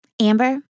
Amber